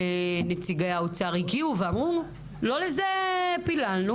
נציגי האוצר הגיעו ואמרו לא לזה פיללנו,